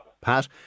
Pat